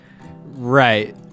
Right